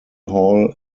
hall